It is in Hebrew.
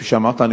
כפי שאמרת,